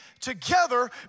together